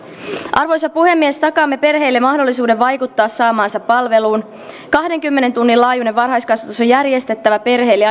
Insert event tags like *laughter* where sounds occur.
arvoisa puhemies takaamme perheille mahdollisuuden vaikuttaa heidän saamaansa palveluun kahdenkymmenen tunnin laajuinen varhaiskasvatus on järjestettävä perheille *unintelligible*